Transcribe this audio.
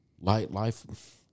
Life